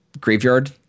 graveyard